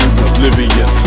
oblivion